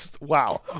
wow